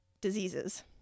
diseases